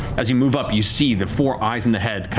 as you move up, you see the four eyes in the head